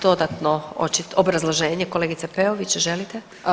Dodatno obrazloženje kolegice Peović želite?